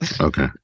okay